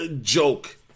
joke